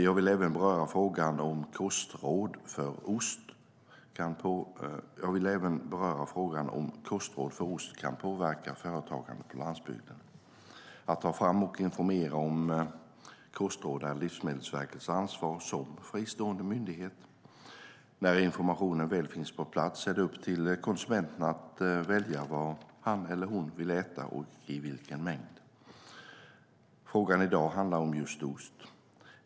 Jag vill även beröra frågan ifall kostråd för ost kan påverka företagande på landsbygden. Att ta fram och informera om kostråd är Livsmedelsverkets ansvar som fristående myndighet. När informationen väl finns på plats är det upp till konsumenten att välja vad han eller hon vill äta och i vilken mängd. Frågan i dag handlar om just ost.